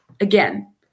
again